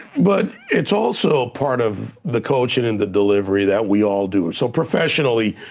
but it's also a part of the coaching and the delivery that we all do, so professionally,